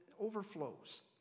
overflows